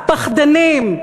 פחדנים.